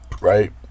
right